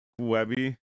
Webby